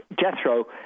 Jethro